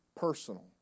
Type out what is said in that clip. personal